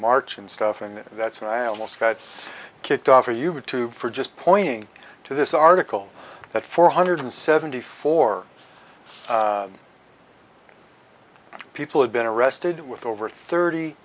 march and stuff and that's why i almost got kicked off a youtube for just pointing to this article that four hundred seventy four people had been arrested with over thirty